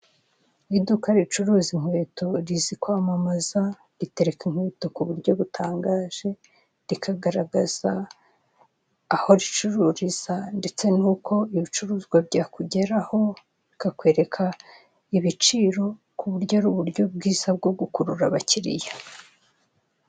Iduka ricuruza inkweto rizi kwamamaza ritereke inkweto ku buryo butangaje rikagaragaza aho ricururiza ndetse n'uko ibicuruzwa byakugeraho rikakwereka ibiciro ku buryo ari uburyo bwiza bwo gukurura abakiriye.